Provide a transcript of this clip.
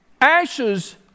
Ashes